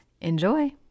Enjoy